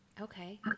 Okay